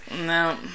No